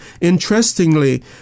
Interestingly